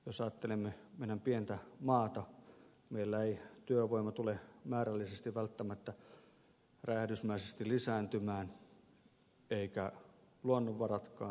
jos ajattelemme meidän pientä maatamme meillä ei työvoima tule määrällisesti välttämättä räjähdysmäisesti lisääntymään eivätkä luonnonvaratkaan eikä energiankulutus